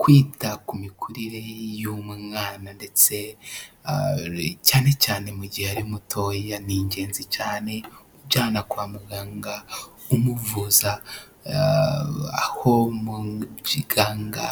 Kwita ku mikurire y'umwana ndetse cyane cyane mu gihe ari mutoya ni ingenzi cyane umujyana kwa muganga, umuvuza aho mu kiganga,